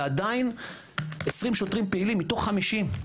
ועדיין 20 שוטרים פעילים מתוך 50,